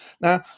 now